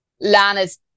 Lana's